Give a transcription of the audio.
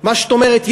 מה שאת אומרת.